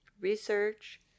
research